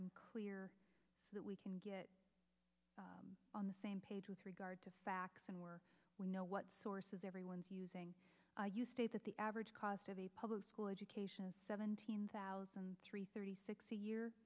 i'm clear that we can get on the same page with regard to facts and where we know what source is everyone's using you state that the average cost of a public school education is seventeen thousand three thirty six a year